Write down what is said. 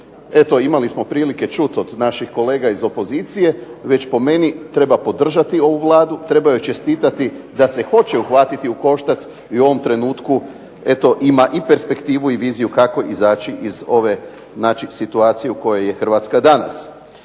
imali smo prilike čuti iz naših kolega iz opozicije, već po meni treba podržati ovu Vladu, treba joj čestitati da se hoće uhvatiti u koštac i u ovom trenutku ima i perspektivu i viziju kako izaći iz ove situacije u kojoj je Hrvatska danas.